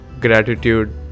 gratitude